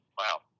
Wow